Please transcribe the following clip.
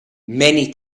many